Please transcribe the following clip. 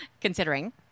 considering